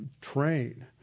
train